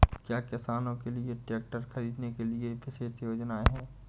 क्या किसानों के लिए ट्रैक्टर खरीदने के लिए विशेष योजनाएं हैं?